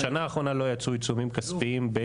בשנה האחרונה לא יצאו עיצומים כספיים.